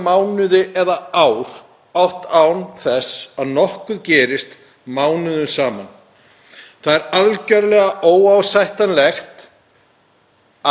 að gerendur séu ekki teknir í skýrslutöku eða látnir vita að þeir séu með stöðu sakbornings í marga mánuði.